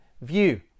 view